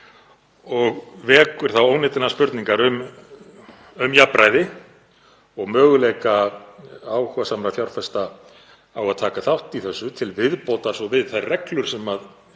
og vekur það óneitanlega spurningar um jafnræði og möguleika áhugasamra fjárfesta á að taka þátt í þessu, til viðbótar við þær reglur sem